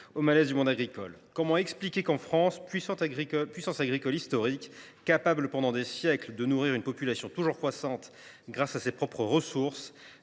au malaise du monde agricole. Comment expliquer que, en France, puissance agricole historique, capable pendant des siècles de nourrir une population toujours croissante par ses propres ressources,